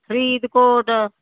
Faridkot